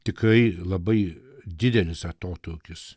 tikrai labai didelis atotrūkis